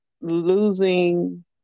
losing